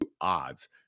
odds